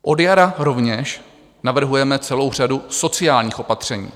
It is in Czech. Od jara rovněž navrhujeme celou řadu sociálních opatření.